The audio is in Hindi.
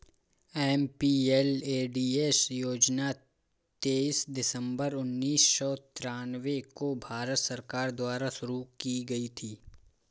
एम.पी.एल.ए.डी.एस योजना तेईस दिसंबर उन्नीस सौ तिरानवे को भारत सरकार द्वारा शुरू की गयी थी